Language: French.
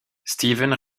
steven